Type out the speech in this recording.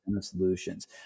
Solutions